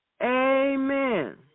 Amen